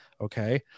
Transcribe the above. Okay